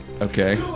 Okay